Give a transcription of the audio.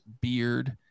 Beard